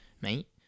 mate